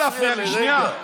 לא להפריע לי, שנייה.